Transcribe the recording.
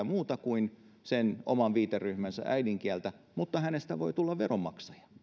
muuta kuin sen oman viiteryhmänsä äidinkieltä mutta hänestä voi tulla veronmaksaja